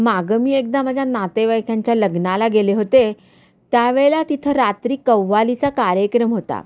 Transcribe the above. मागं मी एकदा माझ्या नातेवाईकांच्या लग्नाला गेले होते त्यावेळेला तिथं रात्री कव्वालीचा कार्यक्रम होता